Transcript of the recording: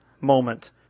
moment